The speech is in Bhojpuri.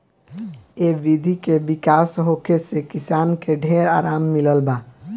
ए विधि के विकास होखे से किसान के ढेर आराम मिलल बा